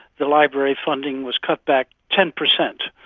the library funding was cut back ten percent,